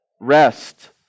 Rest